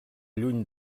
lluny